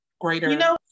greater